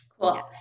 cool